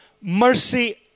mercy